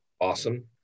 awesome